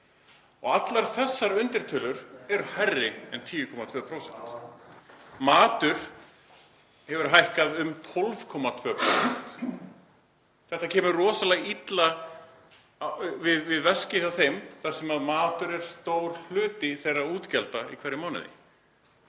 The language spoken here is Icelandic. allar þessar undirtölur eru hærri en 10,2%. Matur hefur hækkað um 12,2%. Þetta kemur rosalega illa við veskið hjá fólki því að matur er stór hluti útgjalda þess í hverjum mánuði.